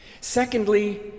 Secondly